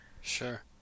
Sure